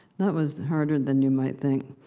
that was harder than you might think.